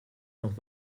noch